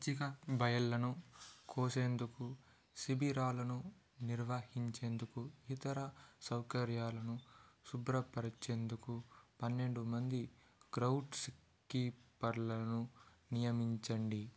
పచ్చిక బయళ్ళను కోసేందుకు శిబిరాలను నిర్వహించేందుకు ఇతర సౌకర్యాలను శుభ్రపరచెందుకు పన్నెండు మంది క్రౌడ్స్ కీపర్లను నియమించండి